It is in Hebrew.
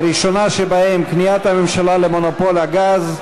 הראשונה שבהן: כניעת הממשלה למונופול הגז,